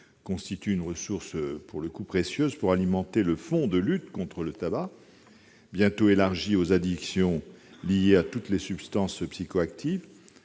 constitue une ressource précieuse pour alimenter le fonds de lutte contre le tabagisme, qui sera bientôt élargi aux addictions liées à toutes les substances psychoactives.